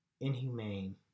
inhumane